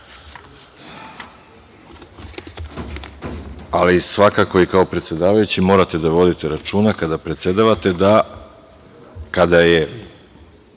Ali svakako i kao predsedavajući morate da vodite računa kada predsedavate da kada je